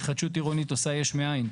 התחדשות עירונית עושה יש מאין.